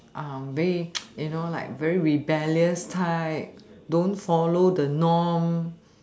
uh very you know like very rebellious type don't follow the norm